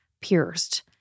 pierced